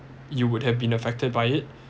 you would have been affected by it